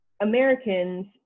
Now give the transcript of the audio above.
Americans